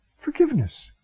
forgiveness